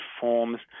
forms